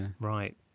Right